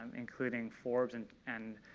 including forbes and and